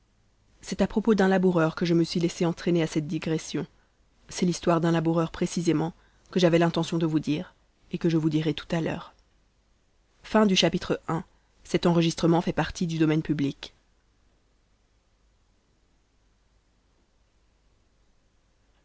c'est à propos d'un laboureur que je me suis laissé entraîner à cette digression c'est l'histoire d'un laboureur précisément que j'avais l'intention de vous dire et que je vous dirai tout à l'heure